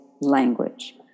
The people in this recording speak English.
language